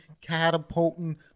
catapulting